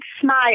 smile